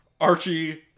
Archie